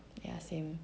ya same